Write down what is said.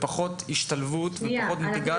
עם פחות השתלבות ואינטגרציה.